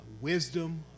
wisdom